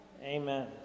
Amen